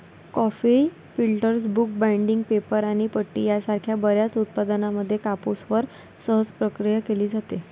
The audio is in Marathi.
coffee filters, book binding, paper आणि पट्टी यासारख्या बर्याच उत्पादनांमध्ये कापूसवर सहज प्रक्रिया केली जाते